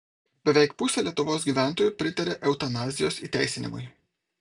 beveik pusė lietuvos gyventojų pritaria eutanazijos įteisinimui